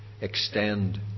extend